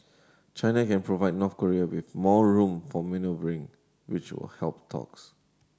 China can provide North Korea with more room for manoeuvring which will help talks